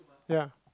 ya